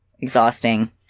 Exhausting